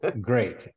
Great